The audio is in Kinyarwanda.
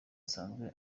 asanzwe